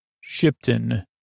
shipton